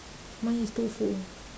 mine is two full